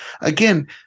again